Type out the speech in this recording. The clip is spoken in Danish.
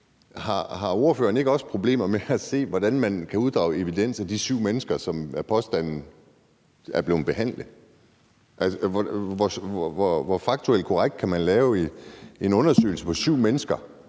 om ordføreren ikke også har problemer med at se, hvordan man kan påstå at uddrage evidens ud fra de syv mennesker, som er blevet behandlet. Hvor faktuelt korrekt kan man lave en undersøgelse på syv mennesker